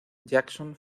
jackson